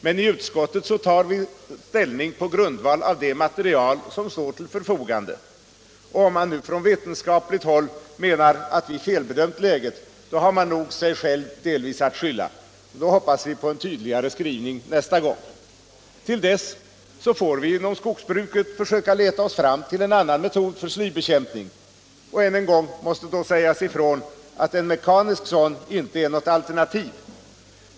Men i utskottet tar vi ställning på grundval av det material som står till förfogande, och om man nu från vetenskapligt håll menar att vi felbedömt läget, så har man nog delvis sig själv att skylla. Då hoppas vi på en tydligare skrivning nästa gång. Till dess får vi inom skogsbruket försöka leta oss fram till en annan metod för slybekämpning, och än en gång måste då sägas ifrån att en mekanisk sådan inte är något alternativ.